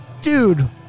Dude